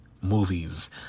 movies